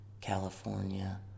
California